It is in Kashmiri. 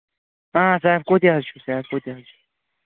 سیفکو تہِ حظ چھُ سیفکو تہِ حظ چھُ